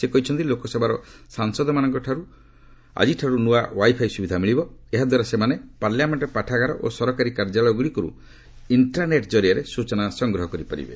ସେ କହିଛନ୍ତି ଲୋକସଭାର ସାଂସଦମାନଙ୍କୁ ଆକିଠାରୁ ନୁଆ ୱାଇଫାଇ ସୁବିଧା ମିଳିବ ଏହାଦ୍ୱାରା ସେମାନେ ପାର୍ଲାମେଷ୍କ ପାଠାଗାର ଓ ସରକାରୀ କାର୍ଯ୍ୟାଳୟଗୁଡ଼ିକରୁ ସେମାନେ ଇଷ୍ଟ୍ରାନେଟ୍ ଜରିଆରେ ସୂଚନା ସଂଗ୍ରହ କରିପାରିବେ